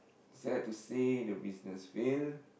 sad to say the business fail